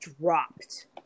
dropped